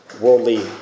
worldly